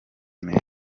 remera